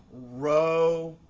row,